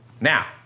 Now